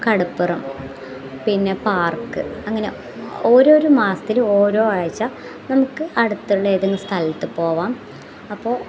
കടപ്പുറം പിന്നെ പാർക്ക് അങ്ങനെ ഓരോരോ മാസത്തിൽ ഓരോ ആഴ്ച നമുക്ക് അടുത്തുള്ള ഏതെങ്കിലും സ്ഥലത്ത് പോവാം അപ്പോൾ